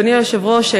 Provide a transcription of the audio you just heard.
אדוני היושב-ראש,